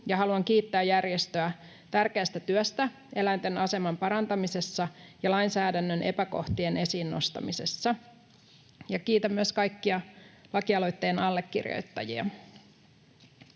haluan kiittää järjestöä tärkeästä työstä eläinten aseman parantamisessa ja lainsäädännön epäkohtien esiin nostamisessa. Kiitän myös kaikkia lakialoitteen allekirjoittajia.